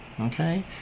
okay